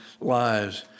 lives